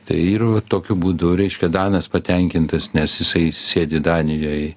tai ir va tokiu būdu reiškia danas patenkintas nes jisai sėdi danijoj